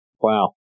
wow